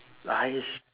!hais!